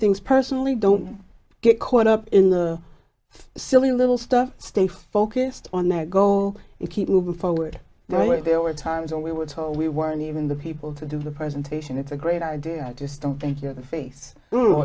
things personally don't get caught up in the silly little stuff stay focused on that go and keep moving forward right there were times when we were told we weren't even the people to do the presentation it's a great idea i just don't think you're the face